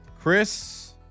Chris